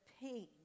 pain